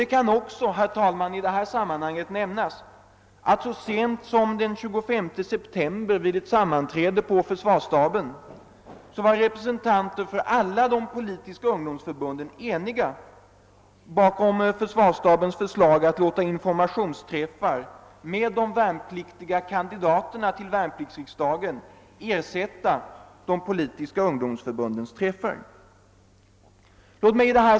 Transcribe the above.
Det kan i detta sammanhang nämnas att så sent som den 25 september stod representanter för alla de politiska ungdomsförbunden vid ett sammanträde eniga bakom försvarsstabens förslag att låta informationsträffar med kandidaterna 'till värnpliktsriksdagen ersätta de politiska ungdomsförbundens träffar.